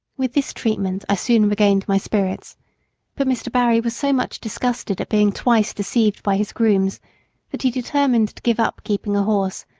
with this treatment i soon regained my spirits but mr. barry was so much disgusted at being twice deceived by his grooms that he determined to give up keeping a horse,